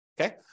Okay